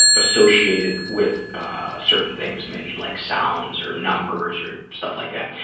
associated with certain things, maybe like sounds or numbers or stuff like that,